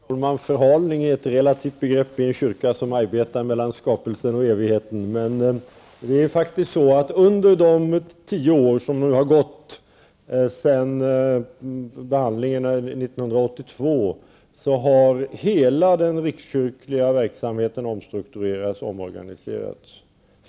Herr talman! Förhalning är ett relativt begrepp inom kyrkan där man arbetar med skapelsen och evigheten. Under de tio år som har gått sedan senaste behandlingen av frågan har faktiskt hela den rikskyrkliga verksamheten omstrukturerats och omorganiserats.